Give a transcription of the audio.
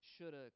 shoulda